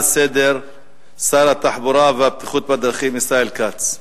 לסדר-היום שר התחבורה והבטיחות בדרכים ישראל כץ.